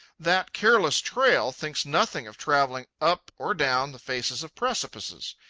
that careless trail thinks nothing of travelling up or down the faces of precipices.